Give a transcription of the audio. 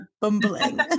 bumbling